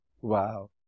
Wow